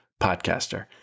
podcaster